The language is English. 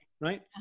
right